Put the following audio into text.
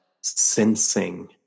sensing